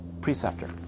preceptor